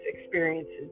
experiences